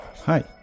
Hi